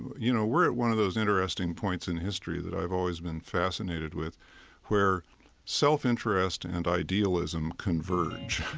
you know, we're at one of those interesting points in history that i've always been fascinated with where self-interest and idealism converge